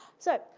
so,